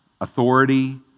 authority